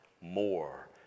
more